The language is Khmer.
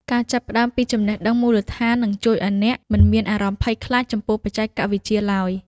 ការចាប់ផ្តើមពីចំណេះដឹងមូលដ្ឋាននឹងជួយឱ្យអ្នកមិនមានអារម្មណ៍ភ័យខ្លាចចំពោះបច្ចេកវិទ្យាឡើយ។